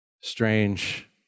Strange